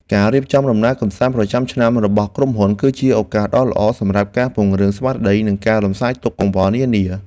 ការរៀបចំដំណើរកម្សាន្តប្រចាំឆ្នាំរបស់ក្រុមហ៊ុន គឺជាឱកាសដ៏ល្អសម្រាប់ការពង្រឹងស្មារតីនិងការរំសាយទុក្ខកង្វល់នានា។